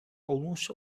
almost